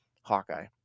hawkeye